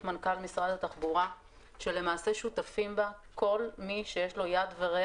מנכ"ל משרד התחבורה ששותפים בה כל מי שיש לו יד ורגל